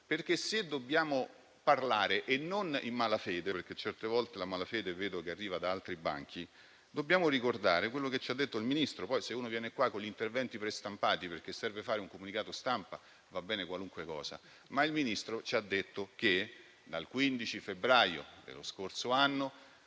Ma, se dobbiamo parlare, e non in malafede - certe volte la vedo arrivare da altri banchi - dobbiamo ricordare quello che ci ha detto il Ministro. Poi, se uno viene qui con gli interventi prestampati, perché servono a fare un comunicato stampa, va bene qualunque cosa; ma il Ministro ci ha detto che, dal 15 febbraio dello scorso anno,